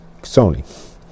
Sony